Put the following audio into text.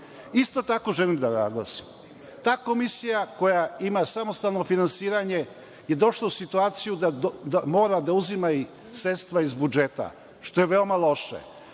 tako, želim da naglasim, ta Komisija koja ima samostalno finansiranje je došla u situaciju da mora da uzima i sredstva iz budžeta, što je veoma loše.